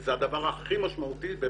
וזה הדבר הכי משמעותי,